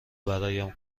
برایم